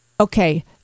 Okay